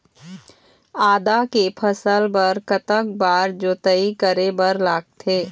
आदा के फसल बर कतक बार जोताई करे बर लगथे?